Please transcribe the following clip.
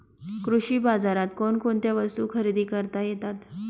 कृषी बाजारात कोणकोणत्या वस्तू खरेदी करता येतात